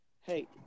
Hey